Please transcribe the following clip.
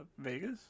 Vegas